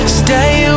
stay